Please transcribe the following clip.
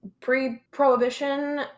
pre-Prohibition